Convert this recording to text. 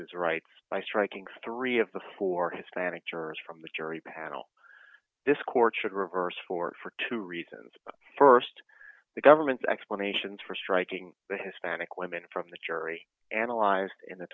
is right by striking three of the four hispanic jurors from the jury panel this court should reverse for for two reasons st the government explanations for striking the hispanic women from the jury analyzed in the